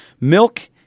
Milk